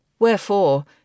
Wherefore